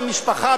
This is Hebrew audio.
כל המשפחה,